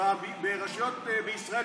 ברשויות בישראל,